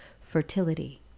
Fertility